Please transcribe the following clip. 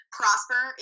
prosper